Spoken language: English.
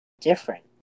different